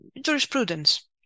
jurisprudence